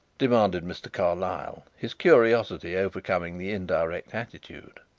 demanded mr. carlyle, his curiosity overcoming the indirect attitude.